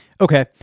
Okay